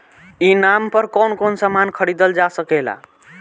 ई नाम पर कौन कौन समान खरीदल जा सकेला?